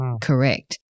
correct